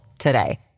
today